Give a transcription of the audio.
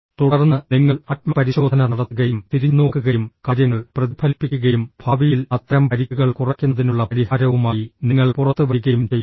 തുടർന്ന് നിങ്ങൾ ആത്മപരിശോധന നടത്തുകയും തിരിഞ്ഞുനോക്കുകയും കാര്യങ്ങൾ പ്രതിഫലിപ്പിക്കുകയും ഭാവിയിൽ അത്തരം പരിക്കുകൾ കുറയ്ക്കുന്നതിനുള്ള പരിഹാരവുമായി നിങ്ങൾ പുറത്തുവരികയും ചെയ്യുന്നു